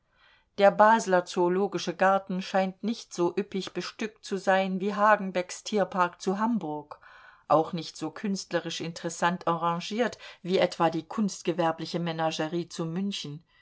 der basler zoologische garten scheint nicht so üppig bestückt zu sein wie hagenbecks tierpark zu hamburg auch nicht so künstlerisch interessant arrangiert wie etwa die kunstgewerbliche menagerie zu münchen